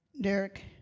Derek